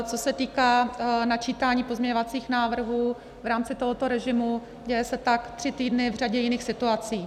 Co se týká načítání pozměňovacích návrhů v rámci tohoto režimu, děje se tak tři týdny v řadě jiných situací.